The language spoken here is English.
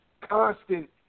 constant